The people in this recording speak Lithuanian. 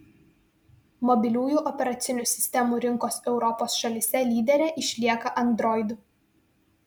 mobiliųjų operacinių sistemų rinkos europos šalyse lydere išlieka android